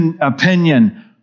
opinion